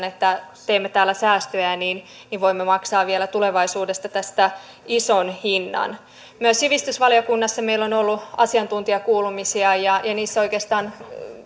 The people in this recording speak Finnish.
että teemme täällä säästöjä voimme maksaa vielä tulevaisuudessa tästä ison hinnan myös sivistysvaliokunnassa meillä on ollut asiantuntijakuulemisia ja ja niissä oikeastaan